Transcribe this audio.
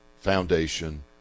foundation